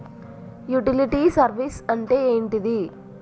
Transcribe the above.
Utility service అంటే ఏంటిది?